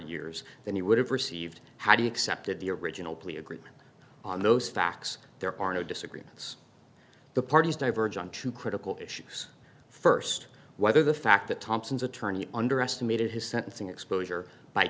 years than he would have received how do you accepted the original plea agreement on those facts there are no disagreements the parties divergent two critical issues first whether the fact that thompson's attorney underestimated his sentencing exposure by